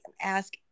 ask